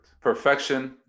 Perfection